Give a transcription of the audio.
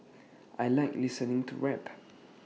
I Like listening to rap